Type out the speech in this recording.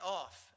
off